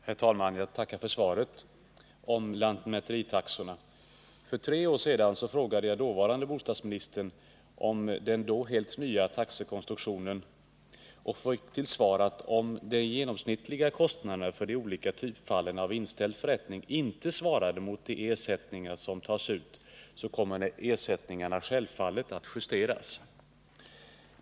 Herr talman! Jag tackar för svaret om lantmäteritaxorna. För tre år sedan frågade jag dåvarande bostadsministern om den då helt nya taxekonstruktionen och fick till svar, att om de genomsnittliga kostnaderna för de olika typfallen av inställd förrättning inte svarade mot de ersättningar som tas ut kommer ersättningarna självfallet att justeras.